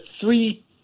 three